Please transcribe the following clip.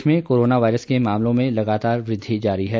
प्रदेश में corona virus के मामलों में लागतार वृद्धि जारी है